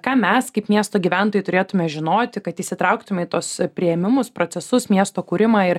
ką mes kaip miesto gyventojai turėtume žinoti kad įsitrauktume į tuos priėmimus procesus miesto kūrimą ir